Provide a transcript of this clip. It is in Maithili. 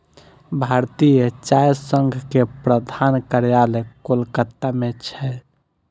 भारतीय चाय संघ के प्रधान कार्यालय कोलकाता मे छै